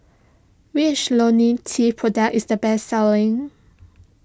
which Lonil T product is the best selling